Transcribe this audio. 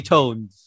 Tones